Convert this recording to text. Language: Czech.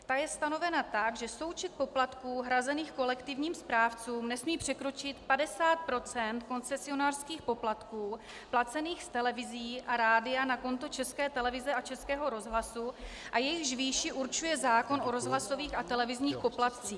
Ta je stanovena tak, že součet poplatků hrazených kolektivním správcům nesmí překročit 50 % koncesionářských poplatků placených z televizí a rádia na konto České televize a Českého rozhlasu a jejichž výši určuje zákon o rozhlasových a televizních poplatcích.